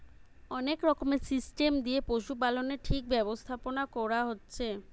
অনেক রকমের সিস্টেম দিয়ে পশুপালনের ঠিক ব্যবস্থাপোনা কোরা হচ্ছে